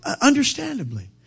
understandably